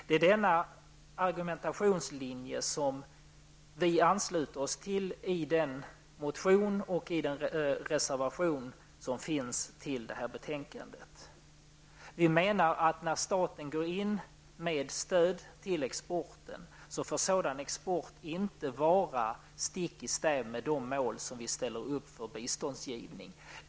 Det är denna argumentationslinje som vi ansluter oss till i motionen och den reservation som finns till det här betänkandet. Vi menar att när staten går in med stöd till exporten får sådan export inte gå stick i stäv med de mål vi ställer upp för biståndsgivning.